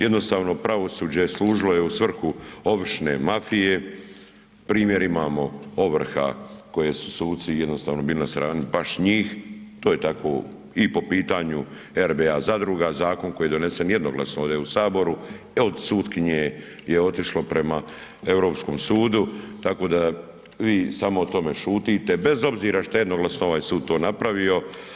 Jednostavno pravosuđe služilo je u svrhu ovršne mafije, primjer imamo ovrha koje su suci jednostavno bili na strani baš njih, to je tako i po pitanju RBA zadruga, zakon koji je donesen jednoglasno ovde u saboru od sutkinje je otišlo prema Europskom sudu tako da vi samo o tome šutite, bez obzira šta jednoglasno ovaj sud to napravio.